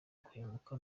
guhemuka